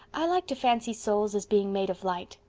i like to fancy souls as being made of light.